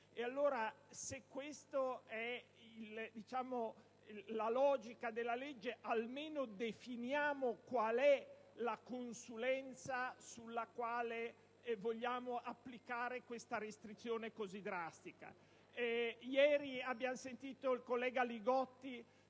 Se questa è la logica della legge, definiamo almeno qual è la consulenza sulla quale vogliamo applicare questa restrizione così drastica. Ieri abbiamo sentito il collega Li Gotti